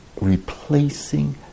replacing